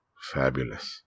fabulous